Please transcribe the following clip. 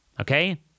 Okay